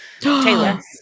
Taylor